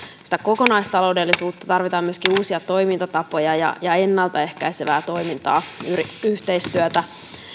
sitä kokonaistaloudellisuutta tarvitaan myöskin uusia toimintatapoja ja ja ennalta ehkäisevää toimintaa ja yhteistyötä